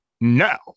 Now